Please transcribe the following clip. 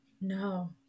No